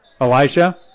Elijah